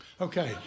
Okay